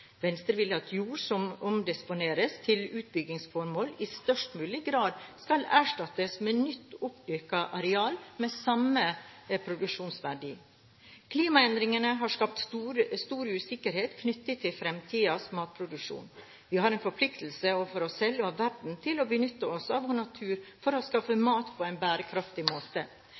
Venstre vil at jord som omdisponeres til utbyggingsformål, i størst mulig grad skal erstattes med nytt oppdyrket areal med samme produksjonsverdi. Klimaendringene har skapt stor usikkerhet knyttet til framtidens matproduksjon. Vi har en forpliktelse overfor oss selv og verden til å benytte oss av vår natur for å skaffe mat på en bærekraftig måte.